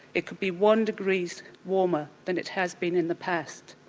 it could be one degree warmer than it has been in the past.